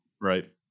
right